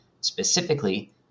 Specifically